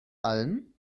allen